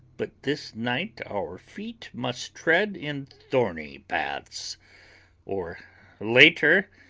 but this night our feet must tread in thorny paths or later,